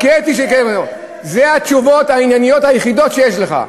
אלה התשובות הענייניות היחידות שיש לך.